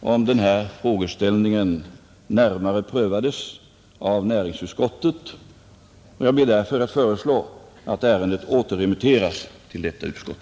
om denna frågeställning närmare prövades av näringsutskottet, och jag ber därför att få föreslå att ärendet återremitteras till detta utskott.